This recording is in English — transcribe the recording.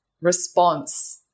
response